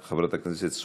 חבר הכנסת בהלול,